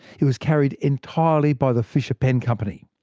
it was carried entirely by the fisher pen company.